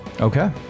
Okay